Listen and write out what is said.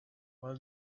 well